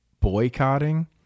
boycotting